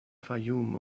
fayoum